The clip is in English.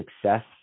success